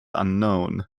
unknown